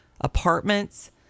Apartments